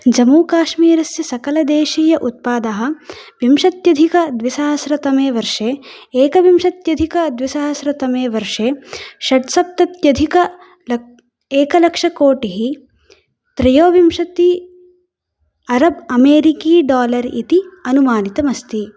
जम्मूकाश्मीरस्य सकलदेशीय उत्पादः विंशत्यधिकद्विसहस्रतमे वर्षे एकविंशत्यधिकद्विसहस्रतमे वर्षे षट्सप्तत्यधिक लक् एक लक्षकोटिः त्रयोविंशति अरब् अमेरिकी डालर् इति अनुमानितम् अस्ति